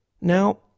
Now